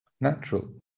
natural